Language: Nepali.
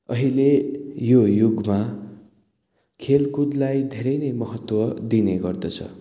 अहिले यो युगमा खेलकुदलाई धेरै नै महत्त्व दिने गर्दछ